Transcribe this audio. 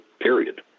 period